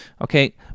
okay